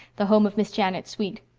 the home of miss janet sweet.